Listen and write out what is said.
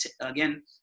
again